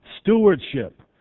stewardship